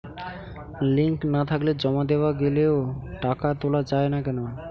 Link না থাকলে জমা দেওয়া গেলেও টাকা তোলা য়ায় না কেন?